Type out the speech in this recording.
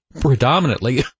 predominantly